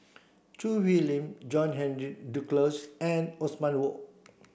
Choo Hwee Lim John Henry Duclos and Othman Wok